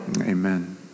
amen